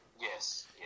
Yes